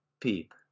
Peep